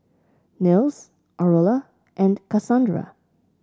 Nils Aurilla and Kasandra